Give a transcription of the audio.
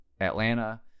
Atlanta